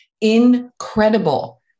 incredible